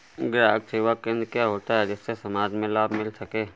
ग्राहक सेवा केंद्र क्या होता है जिससे समाज में लाभ मिल सके?